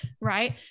right